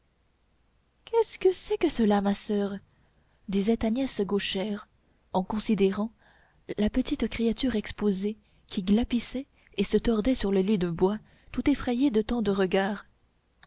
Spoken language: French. qu'est-ce que c'est que cela ma soeur disait agnès gauchère en considérant la petite créature exposée qui glapissait et se tordait sur le lit de bois tout effrayée de tant de regards